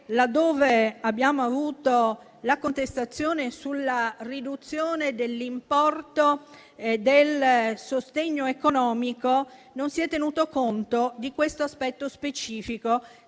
laddove abbiamo avuto la contestazione sulla riduzione dell'importo del sostegno economico, non si è tenuto conto di questo aspetto specifico,